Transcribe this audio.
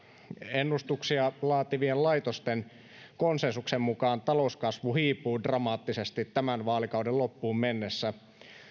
ennustuksia laativien laitosten konsensuksen mukaan talouskasvu hiipuu dramaattisesti tämän vaalikauden loppuun mennessä